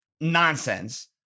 nonsense